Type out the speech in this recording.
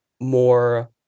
more